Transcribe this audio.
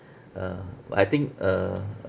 ah but I think uh